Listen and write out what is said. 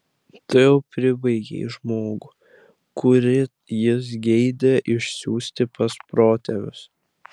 tu jau pribaigei žmogų kurį jis geidė išsiųsti pas protėvius